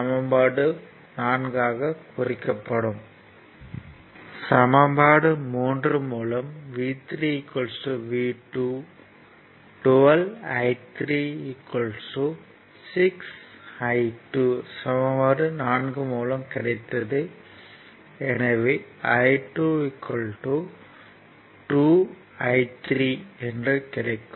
சமன்பாடு 3 மூலம் V3 V2 12 I3 6 I2 சமன்பாடு 4 மூலம் எனவே I2 2 I3 என கிடைக்கும்